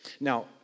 Now